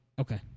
Okay